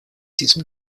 diesem